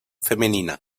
femenina